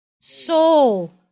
soul